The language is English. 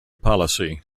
policy